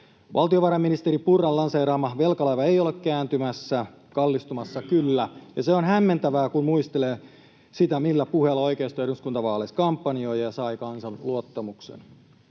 Valtiovarainministeri Purran lanseeraama velkalaiva ei ole kääntymässä, [Oikealta: Kyllä on!] kallistumassa kyllä, ja se on hämmentävää, kun muistelee sitä, millä puheilla oikeisto eduskuntavaaleissa kampanjoi ja sai kansan luottamuksen.